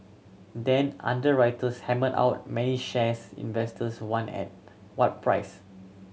then underwriters hammer out many shares investors want and what price